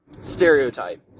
stereotype